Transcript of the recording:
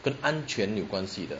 跟安全有关系的